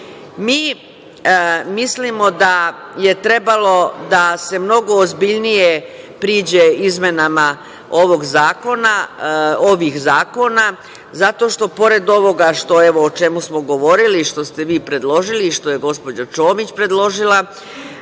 mislimo da je trebalo da se mnogo ozbiljnije priđe izmenama ovih zakona, zato što pored ovoga o čemu smo govorili, što ste vi predložili, što je gospođa Čomić predložila,